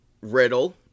Riddle